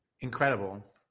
Incredible